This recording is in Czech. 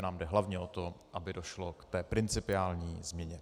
Nám jde hlavně o to, aby došlo k té principiální změně.